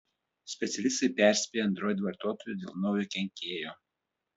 specialistai perspėja android vartotojus dėl naujo kenkėjo